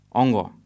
ongo